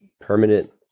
permanent